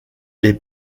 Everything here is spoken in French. les